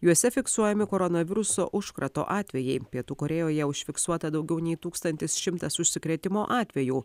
juose fiksuojami koronaviruso užkrato atvejai pietų korėjoje užfiksuota daugiau nei tūkstantis šimtas užsikrėtimo atvejų